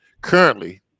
currently